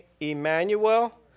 Emmanuel